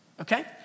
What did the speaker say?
Okay